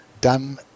Dan